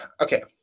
Okay